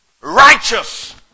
righteous